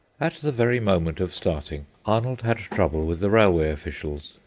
at the very moment of starting, arnold had trouble with the railway officials.